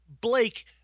Blake